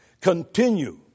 Continue